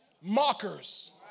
Mockers